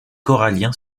corallien